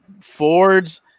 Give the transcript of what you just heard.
Fords